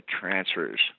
transfers